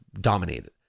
dominated